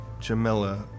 Jamila